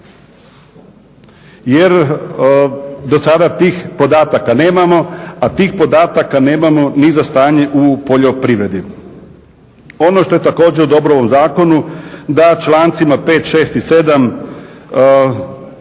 Jer do sada tih podataka nemamo, a tih podataka nemamo ni za stanje u poljoprivredi. Ono što je također dobro u ovom zakonu da člancima 5., 6. i 7.